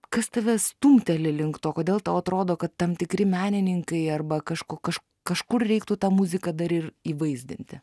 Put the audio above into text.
kas tave stumteli link to kodėl tau atrodo kad tam tikri menininkai arba kažko kaž kažkur reiktų tą muziką dar ir įvaizdinti